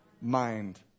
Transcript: mind